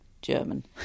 German